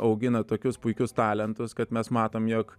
augina tokius puikius talentus kad mes matom jog